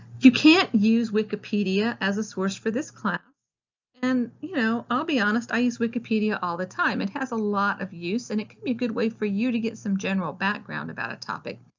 you can't use wikipedia as a source for this class and, i'll you know ah be honest i use wikipedia all the time. it has a lot of use and it can be a good way for you to get some general background about a topic.